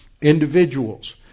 individuals